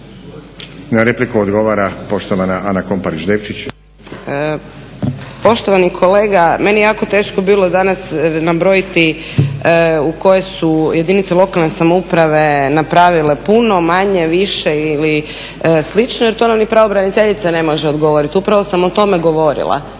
Na repliku odgovara poštovana Ana Komparić Devčić. **Komparić Devčić, Ana (SDP)** Poštovani kolega, meni je jako teško bilo danas nabrojiti u koje su jedinice lokalne samouprave napravile puno, manje, više ili slično, jer to nam ni pravobraniteljica ne može odgovoriti. Upravo sam o tome govorila.